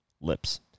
lips